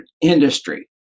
industry